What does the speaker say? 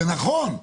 זה נכון,